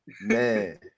man